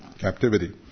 captivity